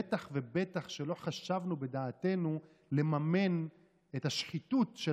בטח ובטח שלא העלינו בדעתנו לממן את השחיתות של